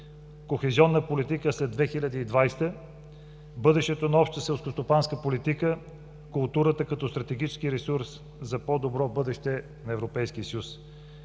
кохезионна политика след 2020 г. бъдещето на Обща селскостопанска политика, културата като стратегически ресурс за по-добро бъдеще на Европейския